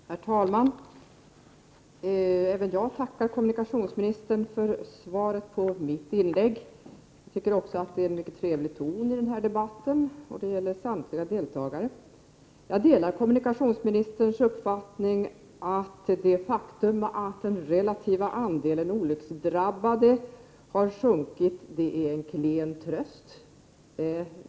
Herr talman! Även jag tackar kommunikationsministern för svaret på mitt inlägg. Jag tycker det är en mycket trevlig ton i den här debatten, och det gäller samtliga deltagare. Jag delar kommunikationsministerns uppfattning att det faktum att den relativa andelen olycksdrabbade har sjunkit är en klen tröst.